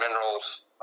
minerals